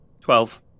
Twelve